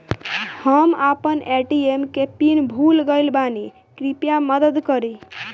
हम आपन ए.टी.एम के पीन भूल गइल बानी कृपया मदद करी